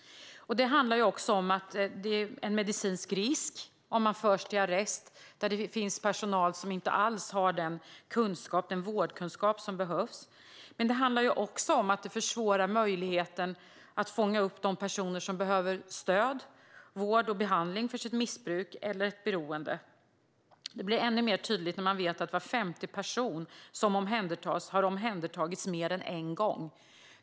Det handlar också om att det är en medicinsk risk om man förs till arrest där det finns personal som inte alls har den vårdkunskap som behövs. Men det handlar också om att det försvårar möjligheten att fånga upp de personer som behöver stöd, vård och behandling för sitt missbruk eller beroende. Det blir ännu mer tydligt när man vet att var femte person som omhändertas har omhändertagits mer än en gång.